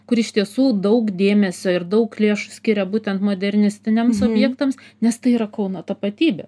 kur iš tiesų daug dėmesio ir daug lėšų skiria būtent modernistiniams objektams nes tai yra kauno tapatybė